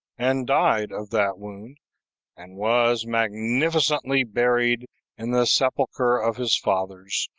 and died of that wound and was magnificently buried in the sepulcher of his fathers,